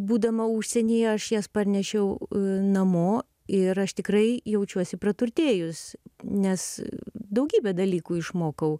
būdama užsienyje aš jas parnešiau namo ir aš tikrai jaučiuosi praturtėjus nes daugybę dalykų išmokau